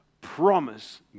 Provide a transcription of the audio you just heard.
promise